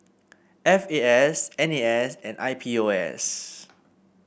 F A S N A S and I P O S